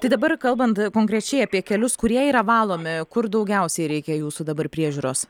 tai dabar kalbant konkrečiai apie kelius kurie yra valomi kur daugiausiai reikia jūsų dabar priežiūros